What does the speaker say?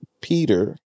Peter